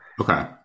okay